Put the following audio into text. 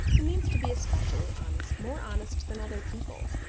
he means to be especially honest more honest than other people.